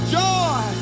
joy